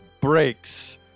breaks